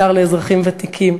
השר לאזרחים ותיקים,